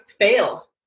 fail